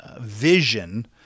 vision